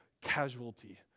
casualty